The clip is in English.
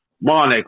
Mane